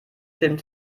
film